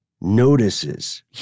notices